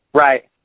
Right